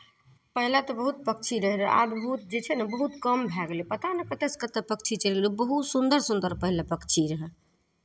पहिले तऽ बहुत पक्षी रहैत रहै आब ओ जे छै ने बहुत कम भए गेलै पता नहि कतयसँ कतय पक्षी चलि गेलै बहुत सुन्दर सुन्दर पहिले पक्षी रहै